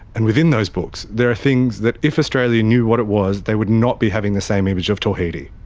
and within those books there are things that if australia knew what it was they would not be having the same image of tawhidi.